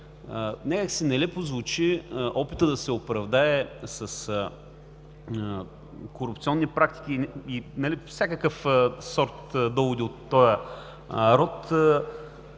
Някак си нелепо звучи опитът да се оправдае с корупционни практики и всякакъв сорт доводи от този род